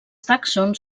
tàxons